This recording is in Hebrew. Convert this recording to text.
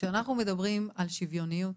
כשאנחנו מדברים על שוויוניות,